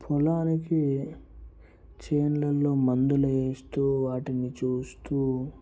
పొలానికి చేనులలో మందులు వేస్తు వాటిని చూస్తు